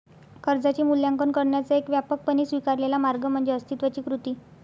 कर्जाचे मूल्यांकन करण्याचा एक व्यापकपणे स्वीकारलेला मार्ग म्हणजे अस्तित्वाची कृती